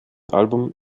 album